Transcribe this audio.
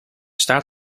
staat